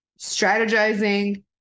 strategizing